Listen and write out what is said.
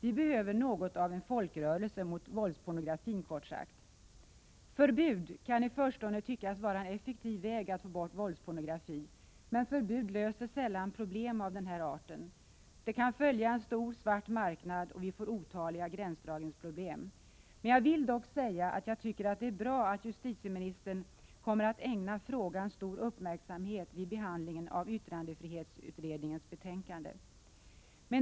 Vi behöver något av en folkrörelse mot våldspornografin, kort sagt. Förbud kan i förstone tyckas vara en effektiv väg att få bort våldspornografi på. Men förbud löser sällan problem av den här arten. Det kan följa en stor svart marknad, och vi får otaliga gränsdragningsproblem. Jag vill dock säga att det är bra att justitieministern kommer att ägna frågan stor uppmärksamhet vid behandlingen av yttrandefrihetsutredningens betänkande.